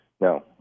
No